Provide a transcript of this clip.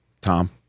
Tom